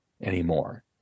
anymore